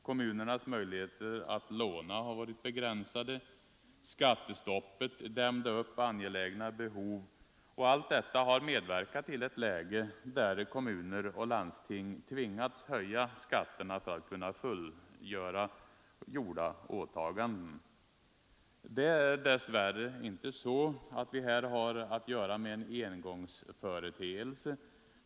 Kommunernas möjligheter att låna har varit begränsade. Skattestoppet dämde upp angelägna behov. Allt detta har medverkat till ett läge där kommuner och landsting tvingats höja skatterna för att kunna fullfölja gjorda åtaganden. Det är dess värre inte så att vi här har att göra med en engångsföreteelse.